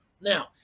now